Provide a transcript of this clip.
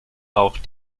auch